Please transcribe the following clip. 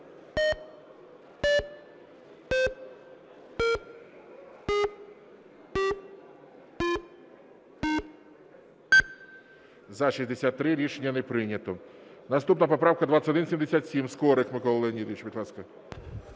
За-67 Рішення не прийнято. Наступна поправка 2118. Скорик Микола Леонідович, будь ласка.